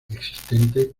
existente